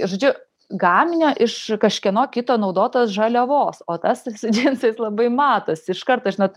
žodžiu gaminio iš kažkieno kito naudotos žaliavos o tas džinsais labai matosi iš karto žinot